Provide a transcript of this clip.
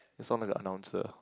you sound like a announcer